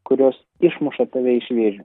kurios išmuša tave iš vėžių